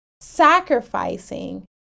sacrificing